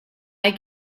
hay